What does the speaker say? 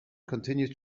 continued